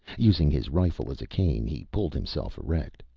using his rifle as a cane, he pulled himself erect.